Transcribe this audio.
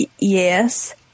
Yes